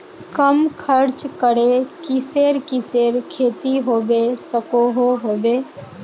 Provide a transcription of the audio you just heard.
कम खर्च करे किसेर किसेर खेती होबे सकोहो होबे?